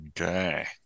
Okay